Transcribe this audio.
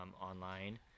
online